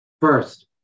First